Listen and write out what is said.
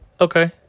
Okay